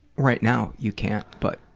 right now you can't. but